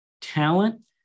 talent